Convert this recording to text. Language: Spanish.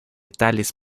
tales